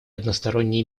односторонние